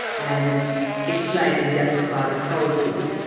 and explain and justify the policy.